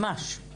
ממש.